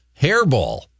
Hairball